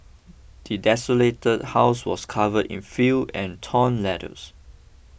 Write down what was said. the desolated house was covered in fill and torn letters